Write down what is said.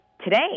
today